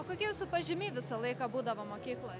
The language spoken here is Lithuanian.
o kokie jūsų pažymiai visą laiką būdavo mokykloj